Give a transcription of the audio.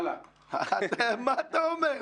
מה אתה אומר?